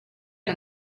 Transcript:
and